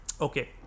Okay